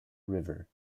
river